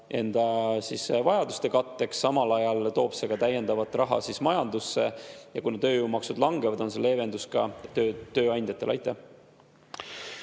enda vajaduste katteks. Samal ajal toob see ka täiendavat raha majandusse. Ja kuna tööjõumaksud langevad, on see leevendus ka tööandjatele.